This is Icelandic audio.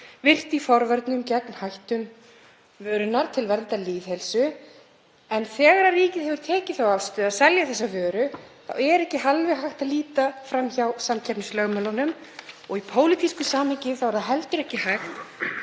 virkt í forvörnum gegn hættum vörunnar til verndar lýðheilsu. En þegar ríkið hefur tekið þá afstöðu að selja þessa vöru þá er ekki alveg hægt að líta fram hjá samkeppnislögmálunum og í pólitísku samhengi er heldur ekki hægt